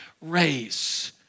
race